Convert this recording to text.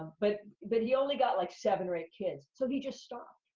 but but he only got like seven or eight kids. so he just stopped.